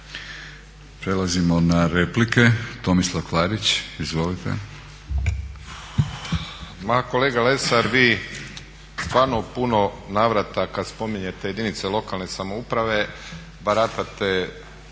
Prelazimo na replike. Tomislav Klarić, izvolite.